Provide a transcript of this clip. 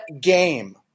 game